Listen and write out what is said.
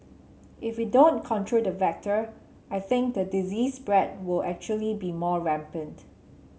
if we don't control the vector I think the disease spread will actually be more rampant